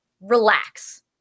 Relax